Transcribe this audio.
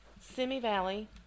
semi-valley